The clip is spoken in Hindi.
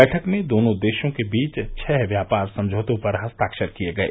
बैठक में दोनों देशों के बीच छह व्यापार समझौतों पर हस्ताक्षर किये गये